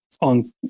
on